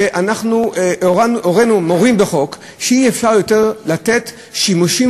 ואנחנו מורים בחוק שאי-אפשר יותר לתת שימושים